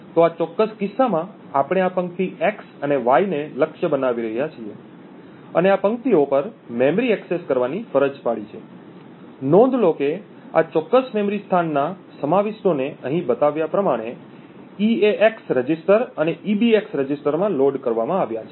તો આ ચોક્કસ કિસ્સામાં આપણે આ પંક્તિ x અને y ને લક્ષ્ય બનાવી રહ્યા છીએ અને આ પંક્તિઓ પર મેમરી એક્સેસ કરવાની ફરજ પાડવી છે નોંધ લો કે આ ચોક્કસ મેમરી સ્થાનના સમાવિષ્ટોને અહીં બતાવ્યા પ્રમાણે ઈએલએક્સ અને ઈબીએક્સ રજિસ્ટરમાં લોડ કરવામાં આવ્યા છે